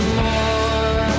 more